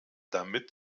damit